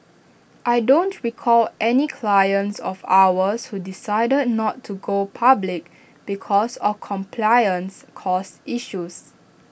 I don't recall any clients of ours who decided not to go public because of compliance costs issues